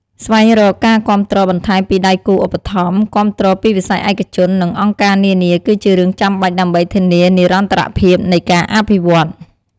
ស្វែងរកការគាំទ្របន្ថែមពីដៃគូឧបត្ថម្ភគាំទ្រពីវិស័យឯកជន និងអង្គការនានាគឺជារឿងចាំបាច់ដើម្បីធានានិរន្តរភាពនៃការអភិវឌ្ឍ។